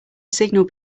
signal